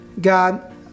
God